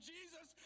Jesus